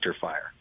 fire